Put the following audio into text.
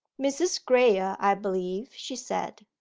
mrs. graye, i believe she said.